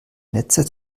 netze